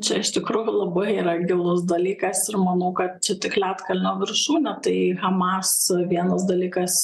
čia iš tikrųjų labai yra gilus dalykas ir manau kad čia tik ledkalnio viršūnė tai hamas vienas dalykas